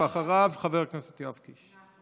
ואחריו, חבר הכנסת יואב קיש.